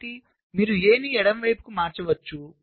కాబట్టి మీరు A ను ఎడమ వైపుకు మారవచ్చు